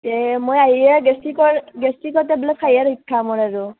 তে মই আহিয়ে গেষ্টিকৰ গেষ্টিকৰ টেবলেট খাইহে ৰক্ষা মোৰ আৰু